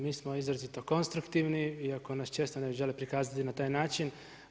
Mi smo izrazito konstruktivni, iako nas često ne žele prikazati na taj način.